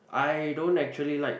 I don't actually like